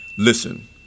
Listen